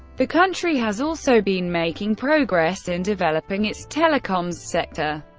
the country has also been making progress in developing its telecoms sector.